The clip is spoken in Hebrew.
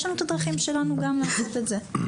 יש לנו את הדרכים שלנו גם לעשות את זה.